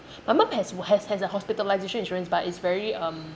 my mum has has has a hospitalisation insurance but it's very um